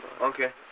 Okay